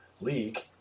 league